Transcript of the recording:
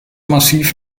massiv